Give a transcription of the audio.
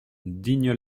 digne